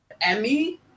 Emmy